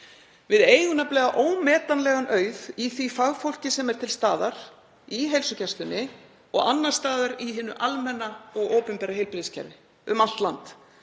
Við eigum nefnilega ómetanlegan auð í því fagfólki sem er til staðar í heilsugæslunni og annars staðar í hinu almenna og opinbera heilbrigðiskerfi um allt land.